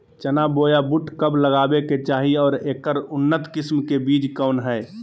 चना बोया बुट कब लगावे के चाही और ऐकर उन्नत किस्म के बिज कौन है?